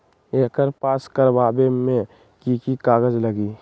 एकर पास करवावे मे की की कागज लगी?